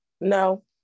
No